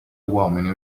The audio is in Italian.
uomini